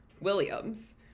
Williams